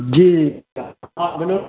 जी बोलू